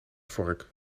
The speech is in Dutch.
vork